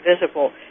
visible